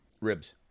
Ribs